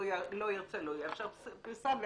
לא ירצה לא יאפשר פריסה,